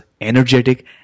energetic